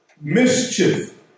Mischief